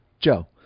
Joe